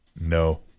No